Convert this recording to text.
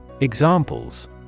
Examples